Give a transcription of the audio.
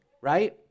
right